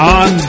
on